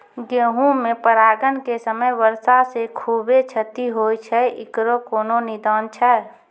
गेहूँ मे परागण के समय वर्षा से खुबे क्षति होय छैय इकरो कोनो निदान छै?